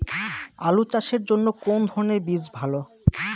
আলু চাষের জন্য কোন ধরণের বীজ ভালো?